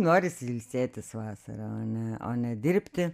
norisi ilsėtis vasarą o ne ne dirbti